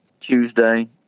Tuesday